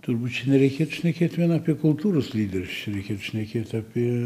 turbūt čia nereikėtų šnekėt vien apie kultūros lyderius čia reikėtų šnekėt apie